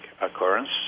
occurrence